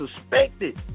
Suspected